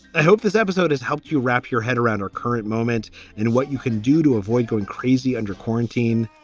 i hope this episode has helped you wrap your head around our current moment and what you can do to avoid going crazy under quarantine.